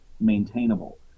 maintainable